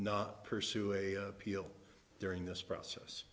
not pursue a deal during this process